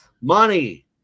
Money